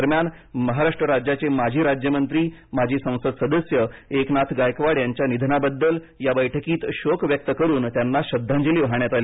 दरम्यान महाराष्ट्र राज्याचे माजी राज्यमंत्री माजी संसद सदस्य एकनाथ गायकवाड यांच्या निधनाबद्धल या बैठकीत शोक व्यक्त करून त्यांना श्रद्धांजली वाहण्यात आली